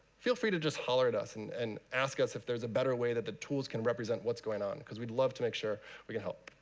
feel free to just holler at us and and ask us if there's a better way that the tools can represent what's going on, because we'd love to make sure we can help.